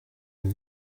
même